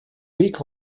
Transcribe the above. greek